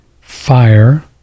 fire